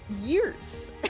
years